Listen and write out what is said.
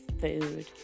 food